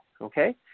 Okay